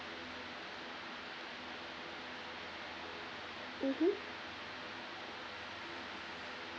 mmhmm